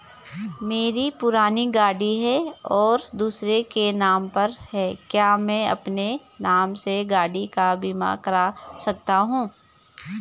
मेरी पुरानी गाड़ी है और दूसरे के नाम पर है क्या मैं अपने नाम से गाड़ी का बीमा कर सकता हूँ?